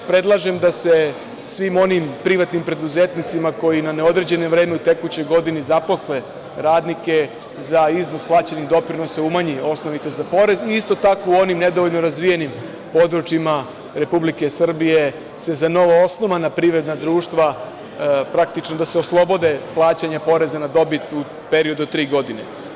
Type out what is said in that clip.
Predlažem da se svim onim privatnim preduzetnicima koji na neodređeno vreme u tekućoj godini zaposle radnike za iznos plaćenih doprinosa umanji osnovica za porez i isto tako u onim nedovoljno razvijenim područjima Republike Srbije se za novo osnovana privredna društva, da se praktično oslobode plaćanja poreza na dobit u periodu od tri godine.